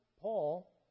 Paul